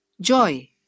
Joy